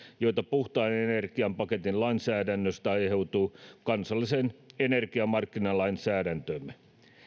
joita puhtaan energian paketin lainsäädännöstä aiheutuu kansalliseen energiamarkkinalainsäädäntöömme